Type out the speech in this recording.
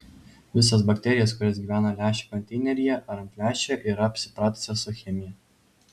visos bakterijos kurios gyvena lęšių konteineryje ar ant lęšio yra apsipratusios su chemija